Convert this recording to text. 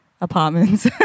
apartments